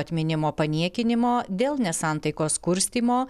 atminimo paniekinimo dėl nesantaikos kurstymo